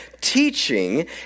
teaching